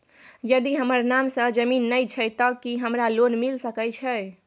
यदि हमर नाम से ज़मीन नय छै ते की हमरा लोन मिल सके छै?